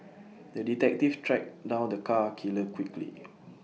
the detective tracked down the cat killer quickly